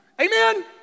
Amen